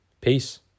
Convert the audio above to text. Peace